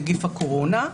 נגיף הקורונה.